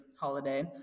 holiday